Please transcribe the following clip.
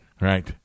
Right